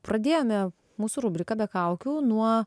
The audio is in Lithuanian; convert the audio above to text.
pradėjome mūsų rubriką be kaukių nuo